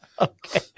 Okay